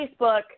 Facebook